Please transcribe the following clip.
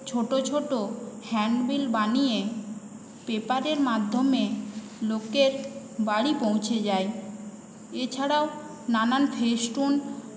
ছোট ছোট হ্যান্ডবিল বানিয়ে পেপারের মাধ্যমে লোকের বাড়ি পৌঁছে যায় এছাড়া নানান ফেসটুন